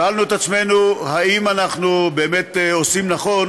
שאלנו את עצמנו אם אנחנו באמת עושים נכון